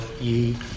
ye